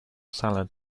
salad